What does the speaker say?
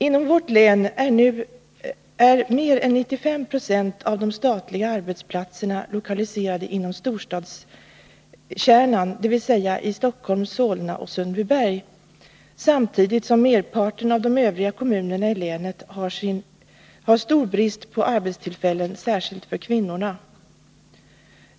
Inom vårt län är mer än 95 96 av de statliga arbetsplatserna lokaliserade inom storstadskärnan, dvs. i Stockholm, Solna och Sundbyberg, samtidigt som merparten av de övriga kommunerna i länet har stor brist på arbetstillfällen, särskilt för kvinnorna.